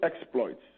exploits